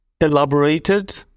elaborated